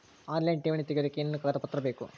Online ಠೇವಣಿ ತೆಗಿಯೋದಕ್ಕೆ ಏನೇನು ಕಾಗದಪತ್ರ ಬೇಕು?